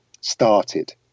started